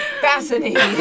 Fascinating